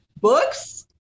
Books